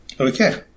Okay